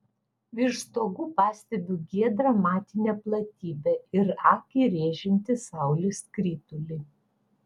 virš stogų pastebiu giedrą matinę platybę ir akį rėžiantį saulės skritulį